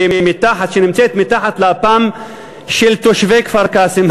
שנמצאת מתחת לאפם של תושבי כפר-קאסם,